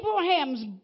abraham's